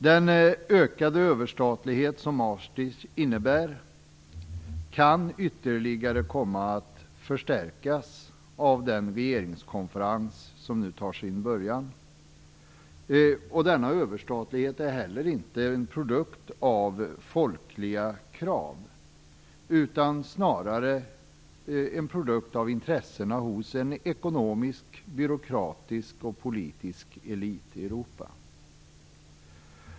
Den ökade överstatlighet som Maastricht innebär kan komma att ytterligare förstärkas av den regeringskonferens som nu tar sin början. Denna överstatlighet är heller inte en produkt av folkliga krav. Snarare är den en produkt av intressen hos en ekonomisk, byråkratisk och politisk elit i Europa.